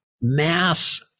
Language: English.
mass